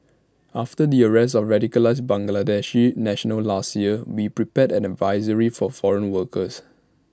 after the arrest of radicalised Bangladeshi nationals last year we prepared an advisory for foreign workers